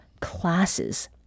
classes